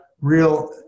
real